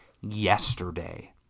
Yesterday